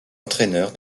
entraîneur